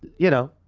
you know,